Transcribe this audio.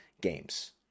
games